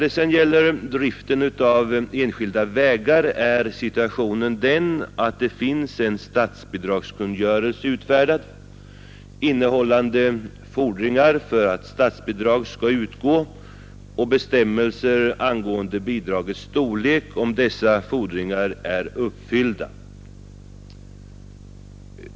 I fråga om driften av enskilda vägar är situationen den att det finns en statsbidragskungörelse utfärdad, innehållande fordringar för att statsbidrag skall utgå och bestämmelser angående bidragets storlek, om dessa fordringar är uppfyllda.